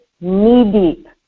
knee-deep